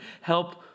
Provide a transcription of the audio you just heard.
help